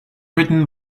written